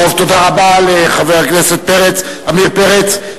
תודה רבה לחבר הכנסת פרץ, עמיר פרץ.